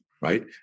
right